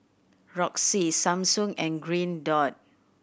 Roxy Samsung and Green Dot